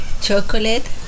chocolate